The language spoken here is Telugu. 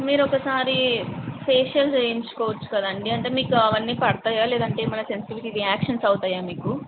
మీరు ఒకసారి ఫేషియల్ చేయించుకోవచ్చు కదండి అంటే మీకు అవన్నీ పడతాయా లేవంటే ఏమైనా సెన్సిటివిటీ రియాక్షన్స్ అవుతాయా మీకు